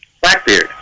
Blackbeard